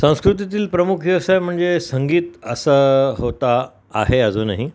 संस्कृतीतील प्रमुख व्यवसाय म्हणजे संगीत असं होता आहे अजूनही